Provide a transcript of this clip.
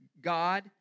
God